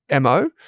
MO